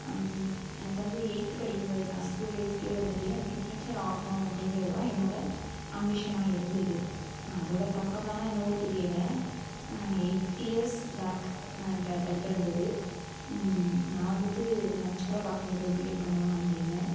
எனக்கு வந்து எயித்து படிக்கும்போது நான் ஸ்கூல் டேஸில் வந்துட்டு எனக்கு டீச்சர் ஆகணும் அப்படிங்கிறதுதான் என்னோடய ஆம்பிஷன்னாக இருந்தது அதோடய தாக்கம் தானோ என்னவோ தெரியல எயிட் இயர்ஸ் பேக் நான் இப்போ படிக்க வந்தது நான் வந்துட்டு நினச்சிக்கூட பார்க்கல இப்போ பிஎட் பண்ணுவேன் அப்படின்னு